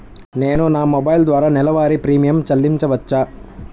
నేను నా మొబైల్ ద్వారా నెలవారీ ప్రీమియం చెల్లించవచ్చా?